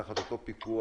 תחת אותו פיקוח,